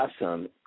awesome